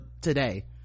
today